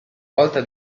volta